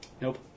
Nope